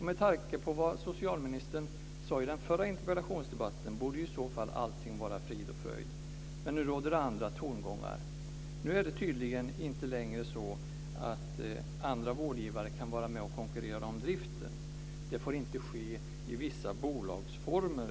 Med tanke på vad socialministern sade i den förra interpellationsdebatten borde allting vara frid och fröjd. Men nu råder andra tongångar. Nu kan tydligen inte andra vårdgivare längre vara med och konkurrera om driften. Det får inte ske i vissa bolagsformer.